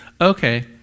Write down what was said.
okay